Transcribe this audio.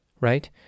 right